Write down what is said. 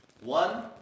one